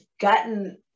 gotten